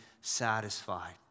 satisfied